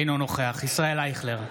אינו נוכח ישראל אייכלר,